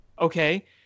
Okay